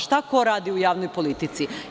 Šta ko radi u javnoj politici?